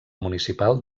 municipal